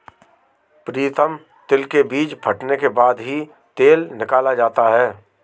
प्रीतम तिल के बीज फटने के बाद ही तेल निकाला जाता है